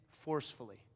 forcefully